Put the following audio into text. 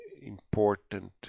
important